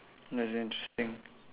no it's interesting